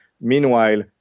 meanwhile